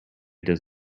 does